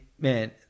man